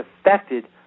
affected